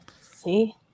See